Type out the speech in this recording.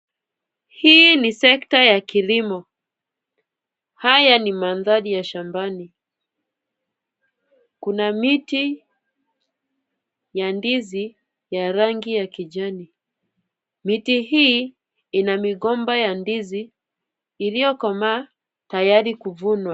Hili ni sekta ya kilimo. Haya ni mandhari ya shambani. Kuna miti ya ndizi ya rangi ya kijani. Miti huu ina migomba ya ndizi iliyokomaa tayari kuvunwa.